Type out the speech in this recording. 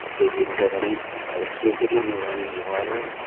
they didn't have any electricity, no running water.